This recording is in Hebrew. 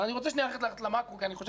אבל אני רוצה ללכת למאקרו כי אני חושב